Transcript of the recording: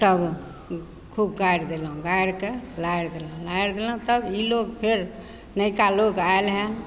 तब खूब गारि देलहुँ गारिके लारि देलहुँ लारि देलहुँ तब ई लोग फेर नइका लोग आयल हँ